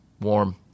warm